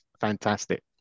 fantastic